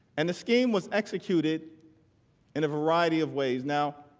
and this game was executed in a variety of ways. now,